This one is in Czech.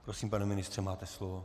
Prosím, pane ministře, máte slovo.